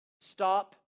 Stop